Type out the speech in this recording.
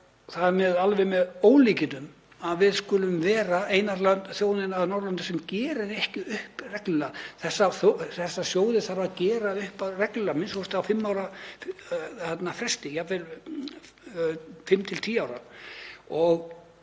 Það er alveg með ólíkindum að við skulum vera eina þjóðin á Norðurlöndum sem gerir ekki upp reglulega. Þessa sjóði þarf að gera upp reglulega, a.m.k. á fimm ára fresti, jafnvel fimm til tíu ára